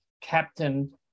Captain